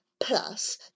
Plus